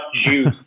juice